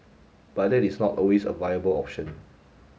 but that is not always a viable option